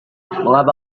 mengapa